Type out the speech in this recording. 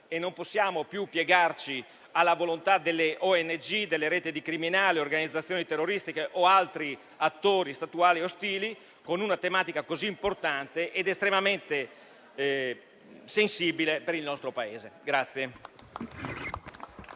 e non possiamo più piegarci alla volontà delle ONG, delle reti di criminali, organizzazioni terroristiche o altri attori statuali ostili, su una tematica così importante ed estremamente sensibile per il nostro Paese.